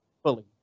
fully